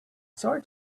sorry